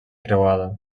creuada